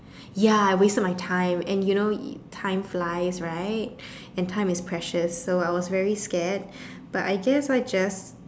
ya wasted my time and you know time flies right and time is precious so I was very scared but I guess I just